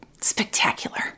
spectacular